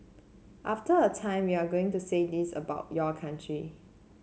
after a time you are going to say this about your country